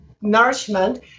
nourishment